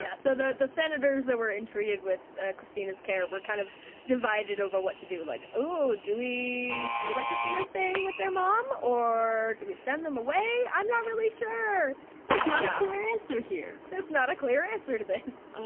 yeah so the the senators that were entreated with kristina's care were kind of divided over what to do like, oh, do we? do we let kristina stay with their mom, or do we send them away? i'm not really sure v there's not a clear answer here! there's not a clear answer to this!